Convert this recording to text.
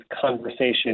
conversation